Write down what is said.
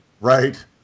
right